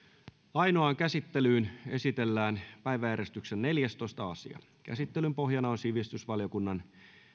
ainoaan käsittelyyn esitellään päiväjärjestyksen neljästoista asia käsittelyn pohjana on sivistysvaliokunnan